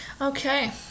Okay